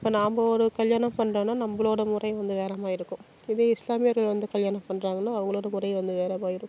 இப்போ நாம் ஒரு கல்யாணம் பண்ணுறோன்னா நம்மளோட முறை வந்து வேற மாதிரி இருக்கும் இதுவே இஸ்லாமியர் வந்து கல்யாணம் பண்ணுறாங்கன்னா அவங்களோட முறை வந்து வேற மாதிரி இருக்கும்